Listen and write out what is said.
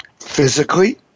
physically